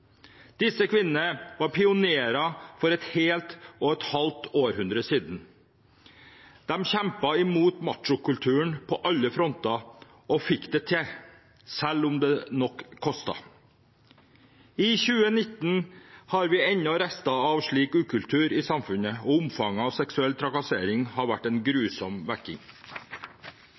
Disse kvinnene var pionerer for et helt og et halvt århundre siden. De kjempet imot machokulturen på alle fronter og fikk det til, selv om det nok kostet. I 2019 har vi ennå rester av en slik ukultur i samfunnet, og omfanget av seksuell trakassering har vært en grusom